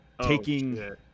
Taking